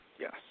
Yes